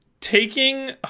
Taking